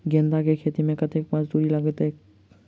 गेंदा केँ खेती मे कतेक मजदूरी लगतैक?